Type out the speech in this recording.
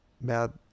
Mad